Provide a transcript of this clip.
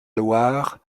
loire